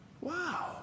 Wow